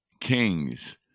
kings